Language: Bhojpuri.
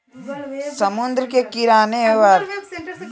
समुंद्र के किनारे वाला शहर में इ संस्कृति के झलक होला